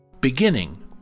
Beginning